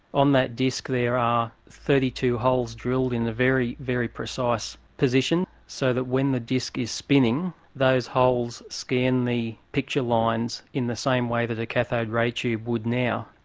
on that disc there are thirty two holes drilled in a very, very precise position so that when the disc is spinning, those holes scan the picture lines in the same way that a cathode ray tube would now.